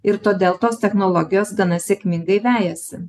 ir todėl tos technologijos gana sėkmingai vejasi